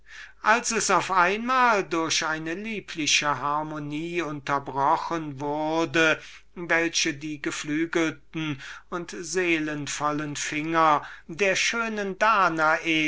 als es auf einmal durch eine liebliche harmonie unterbrochen wurde welche die geflügelten und seelenvollen finger der schönen danae